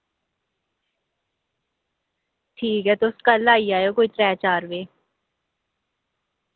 ठीक ऐ तुस कल आई जायो कोई त्रै चार बजे